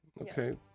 Okay